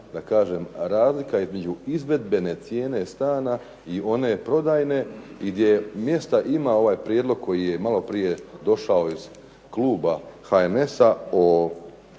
je ova razlika između izvedbene cijene stana i one prodajne i gdje mjesta ima ovaj prijedlog koji je maloprije došao iz kluba HNS-a o